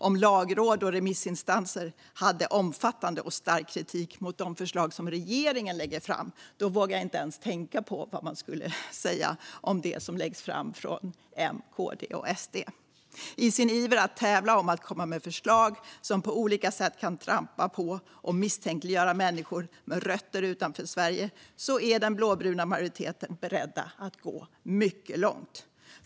Om lagråd och remissinstanser hade omfattande och stark kritik mot de förslag som regeringen lade fram vågar jag inte ens tänka på vad de skulle säga om det som läggs fram av M, KD och SD. I sin iver att tävla om att komma med förslag som på olika sätt kan trampa på och misstänkliggöra människor med rötter utanför Sverige är den blåbruna majoriteten beredd att gå mycket långt.